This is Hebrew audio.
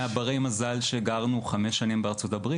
אנחנו מברי המזל שגרו חמש שנים בארצות הברית,